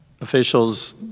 Officials